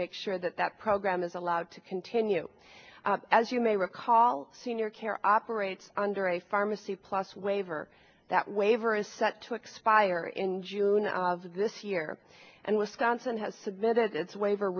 make sure that that program is allowed to continue as you may recall senior care operates under a pharmacy plus waiver that waiver is set to expire in june of this year and wisconsin has submitted its waiver